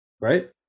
right